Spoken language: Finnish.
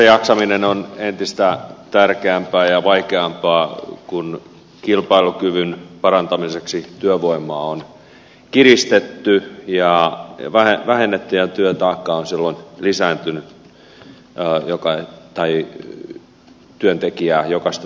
työssäjaksaminen on entistä tärkeämpää ja vaikeampaa kun kilpailukyvyn parantamiseksi työvoimaa on kiristetty ja vähennetty ja työtaakka on silloin lisääntynyt jokaista työntekijää kohden